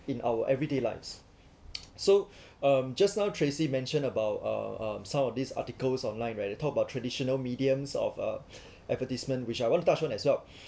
in our everyday lives so um just now tracy mentioned about uh some of these articles online right they talk about traditional mediums of uh advertisement which I want to touch on as well